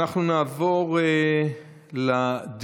אנחנו נעבור לדיון,